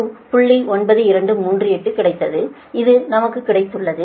9238 கிடைத்தது இது நமக்கு கிடைத்துள்ளது